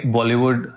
Bollywood